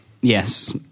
Yes